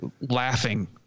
laughing